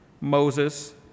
Moses